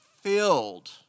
filled